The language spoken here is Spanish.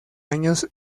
años